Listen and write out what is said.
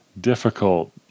difficult